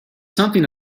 something